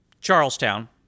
Charlestown